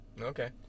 Okay